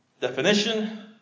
definition